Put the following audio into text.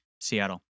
Seattle